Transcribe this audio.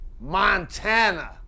Montana